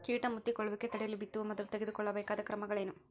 ಕೇಟ ಮುತ್ತಿಕೊಳ್ಳುವಿಕೆ ತಡೆಯಲು ಬಿತ್ತುವ ಮೊದಲು ತೆಗೆದುಕೊಳ್ಳಬೇಕಾದ ಕ್ರಮಗಳೇನು?